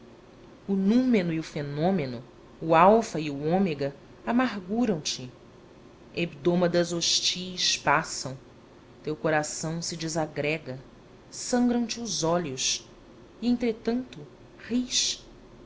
o nôumeno e o fenômeno o alfa e o ômega amarguram te hebdômadas hostis passam teu coração se desagrega sangram te os olhos e entretanto ris